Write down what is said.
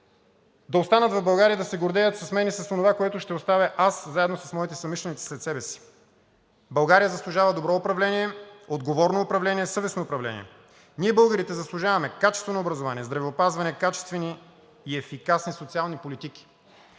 да останат в България и да се гордеят с мен и с онова, което ще оставя аз заедно с моите съмишленици след себе си. България заслужава добро управление, отговорно управление, съвестно управление. Ние българите заслужаваме качествено образование, здравеопазване, качествени и ефикасни социални политики.